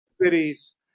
cities